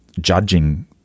judging